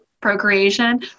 procreation